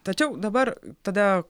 tačiau dabar tada